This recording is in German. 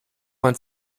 man